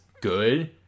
good